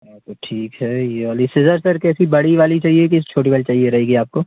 हाँ तो ठीक है ये वाली सिज़र सर कैसी सर बड़ी वाली चाहिए कि छोटी वाली चाहिए रहेगी आपको